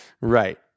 Right